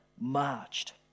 marched